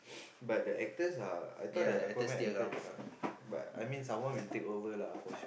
but the actors are I thought the Aquaman actor um but I mean someone will take over lah for sure